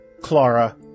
Clara